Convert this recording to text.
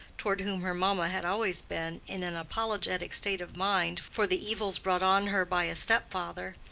toward whom her mamma had always been in an apologetic state of mind for the evils brought on her by a step-father,